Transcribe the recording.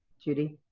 judy